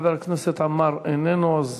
חבר הכנסת עמאר, איננו, אז